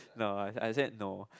no I I said no